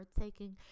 taking